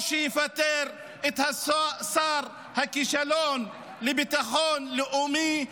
או שיפטר את שר הכישלון לביטחון לאומי,